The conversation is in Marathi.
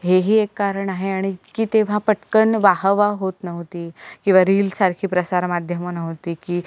हेही एक कारण आहे आणि इतकी तेव्हा पटकन वाहवा होत नव्हती किंवा रील सारखी प्रसार माध्यमं नव्हती की